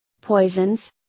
Poisons